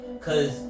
cause